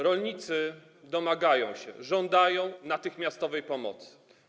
Rolnicy domagają się, żądają natychmiastowej pomocy.